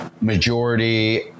majority